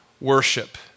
worship